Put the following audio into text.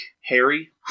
Harry